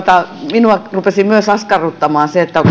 minua rupesi myös askarruttamaan se